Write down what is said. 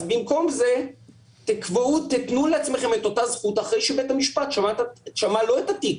אז במקום זה תיתנו לעצמכם את אותה זכות אחרי שבית המשפט שמע לא את התיק